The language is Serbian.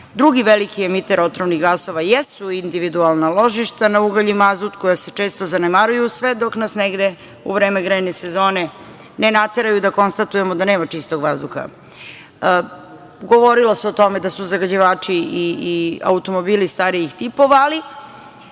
Drugi veliki emiter otrovnih gasova jesu individualna ložišta na ugalj i mazut, koja se često zanemaruju, sve dok nas negde u vreme grejne sezone ne nateraju da konstatujemo da nema čistog vazduha. Govorilo se o tome da su zagađivači i automobili starijih tipova, ali